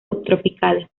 subtropicales